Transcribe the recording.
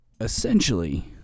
essentially